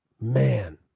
man